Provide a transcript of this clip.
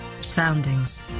Soundings